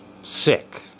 sick